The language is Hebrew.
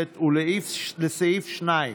רות וסרמן